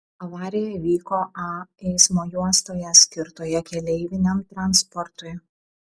avarija įvyko a eismo juostoje skirtoje keleiviniam transportui